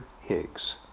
Higgs